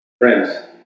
Friends